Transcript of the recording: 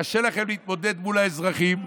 קשה לכם להתמודד מול האזרחים,